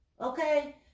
okay